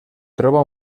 troba